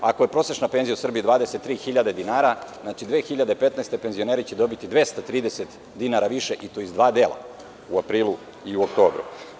Ako je prosečna penzija u Srbiji 23.000 dinara, znači 2015. godine penzioneri će dobiti 230 dinara više i to iz dva dela u aprilu i u oktobru.